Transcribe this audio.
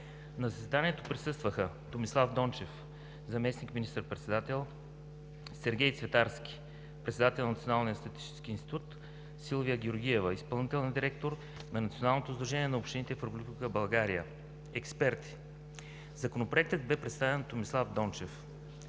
На заседанието присъстваха: Томислав Дончев – заместник министър-председател; Сергей Цветарски – председател на Националния статистически институт; Силвия Георгиева – изпълнителен директор на Националното сдружение на общините в Република България; експерти. Законопроектът бе представен от Томислав Дончев.